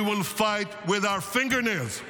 we will fight with our fingernails.